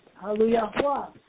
Hallelujah